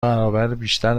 برابربیشتر